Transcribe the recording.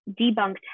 debunked